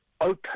open